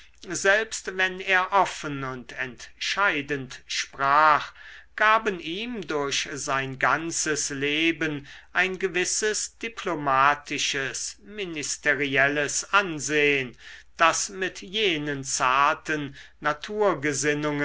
selbst wenn er offen und entscheidend sprach gaben ihm durch sein ganzes leben ein gewisses diplomatisches ministerielles ansehn das mit jenen zarten